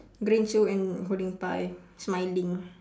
green shoe and holding pie smiling